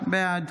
בעד